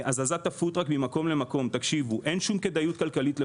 הזזת הפוד-טראק ממקום למקום תקשיבו: אין שום כדאיות כלכלית לפוד-טראק,